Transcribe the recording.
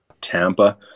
Tampa